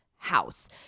house